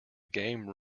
game